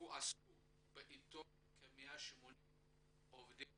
הועסקו בו כ-180 עובדי מערכת.